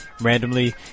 randomly